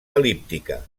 el·líptica